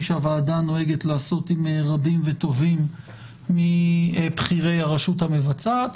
שהוועדה נוהגת לעשות עם רבים וטובים מבכירי הרשות המבצעת,